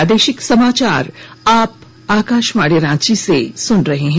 प्रादेशिक समाचार आप आकाशवाणी रांची से सुन रहे हैं